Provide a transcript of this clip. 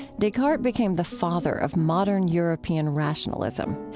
descartes became the father of modern european rationalism.